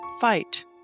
fight